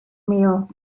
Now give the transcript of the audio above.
mill